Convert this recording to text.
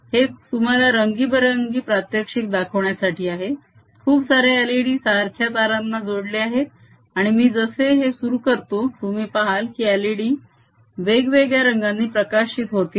हे तुम्हाला रंगबिरंगी प्रात्यक्षिक दाखवण्यासाठी आहे - खूप सारे एलइडी सारख्या तारांना जोडले आहेत आणि मी जसे हे सुरु करतो तुम्ही पाहाल की एलइडी वेगवेगळ्या रंगांनी प्रकाशित होतील